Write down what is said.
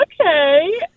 Okay